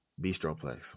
Bistroplex